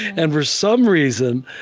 and for some reason,